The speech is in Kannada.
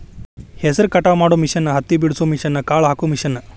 ಹೆಸರ ಕಟಾವ ಮಾಡು ಮಿಷನ್ ಹತ್ತಿ ಬಿಡಸು ಮಿಷನ್, ಕಾಳ ಹಾಕು ಮಿಷನ್